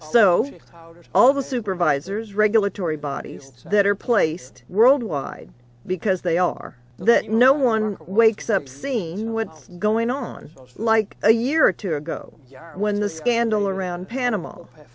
of all the supervisors regulatory bodies that are placed worldwide because they are that no one wakes up seen what's going on like a year or two ago when the scandal around panama